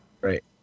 right